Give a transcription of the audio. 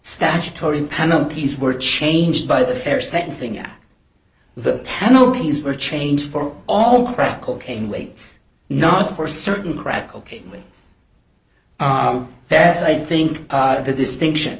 statutory penalties were changed by the fair sentencing at the penalties for a change for all crack cocaine weights not for certain crack cocaine that's i think the distinction